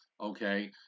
okay